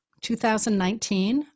2019